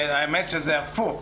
האמת שזה הפוך,